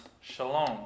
shalom